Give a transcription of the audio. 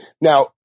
Now